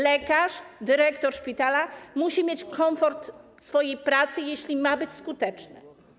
Lekarz, dyrektor szpitala musi mieć poczucie komfortu w swojej pracy, jeśli ma być skuteczny.